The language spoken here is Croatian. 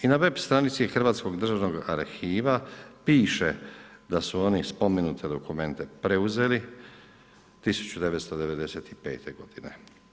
I na web stranici Hrvatskog državnog arhiva piše da su oni spomenute dokumente preuzeli 1995. godine.